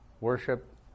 Worship